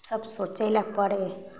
सब सोचय लऽ पड़य